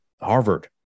Harvard